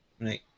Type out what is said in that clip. Right